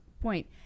point